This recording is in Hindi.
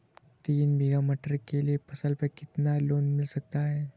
तीन बीघा मटर के लिए फसल पर कितना लोन मिल सकता है?